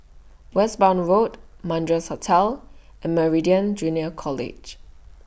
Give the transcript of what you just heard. Westbourne Road Madras Hotel and Meridian Junior College